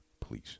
please